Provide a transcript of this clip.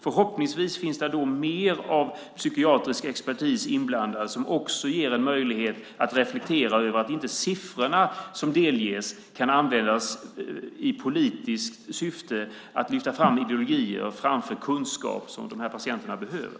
Förhoppningsvis finns då mer av psykiatrisk expertis inblandad som också ger en möjlighet att reflektera, så att inte siffrorna som delges kan användas i politiskt syfte till att lyfta fram ideologier framför kunskap, som de här patienterna behöver.